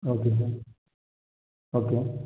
okay sir okay